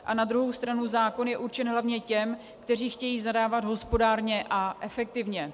A na druhou stranu zákon je určen hlavně těm, kteří chtějí zadávat hospodárně a efektivně.